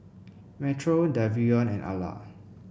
Metro Davion and Alla